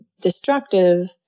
destructive